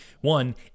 One